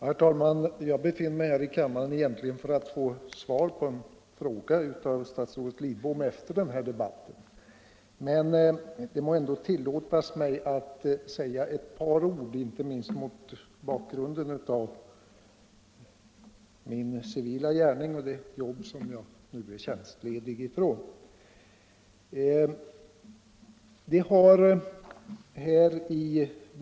Herr talman! Jag befinner mig egentligen här i kammaren för att efter denna debatt få svar på en fråga som jag ställt till statsrådet Lidbom, men det må ändå tillåtas mig att säga några ord inte minst mot bakgrunden av min civila gärning och det jobb som jag nu är tjänstledig från.